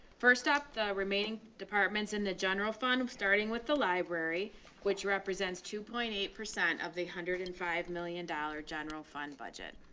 first doc, the remaining departments in the general fund. i'm starting with the library which represents two point eight of the hundred and five million dollars general fund budget.